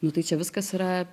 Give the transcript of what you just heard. nu tai čia viskas yra